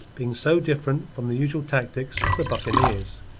being so different from the usual tactics of the buccaneers.